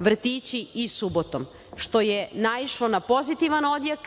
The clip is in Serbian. "Vrtići i subotom", što je naišlo na pozitivan odjek.